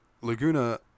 laguna